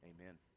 amen